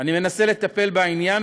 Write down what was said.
אני מנסה לטפל בעניין,